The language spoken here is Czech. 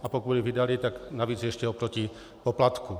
A pokud by je vydala, tak navíc ještě oproti poplatku.